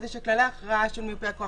כדי שכללי ההכרעה של מיופה הכוח,